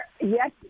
Yes